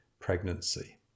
pregnancy